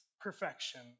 perfection